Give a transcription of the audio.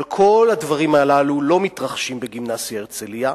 אבל כל הדברים הללו לא מתרחשים בגימנסיה "הרצליה",